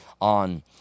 on